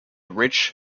rich